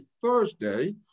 Thursday